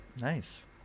nice